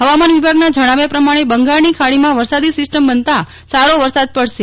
હવામાન વિભાગના જણાવ્યા પ્રમાણે બંગાળની ખાડીમાં વરસાદી સીસ્ટમ બનતા સારો વરસાદ પડશે